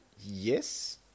Yes